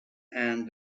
and